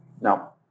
Now